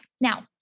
Now